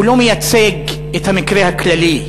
הוא לא מייצג את המקרה הכללי.